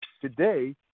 Today